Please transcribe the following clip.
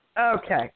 Okay